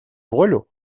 волю